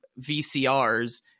vcrs